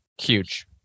huge